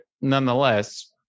nonetheless